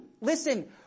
Listen